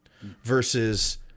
versus